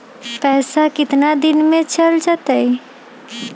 पैसा कितना दिन में चल जतई?